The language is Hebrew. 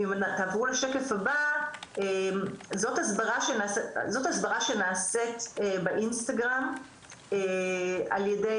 זאת הסברה שנעשית באינסטגרם על ידי